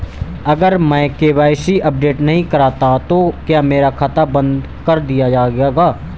अगर मैं KYC update नहीं करता तो क्या मेरा खाता बंद कर दिया जाएगा?